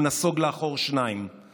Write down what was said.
הוא נסוג שניים לאחור.